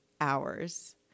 hours